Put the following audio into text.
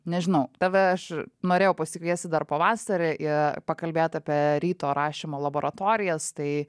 nežinau tave aš norėjau pasikviesti dar pavasarį ir pakalbėt apie ryto rašymo laboratorijas tai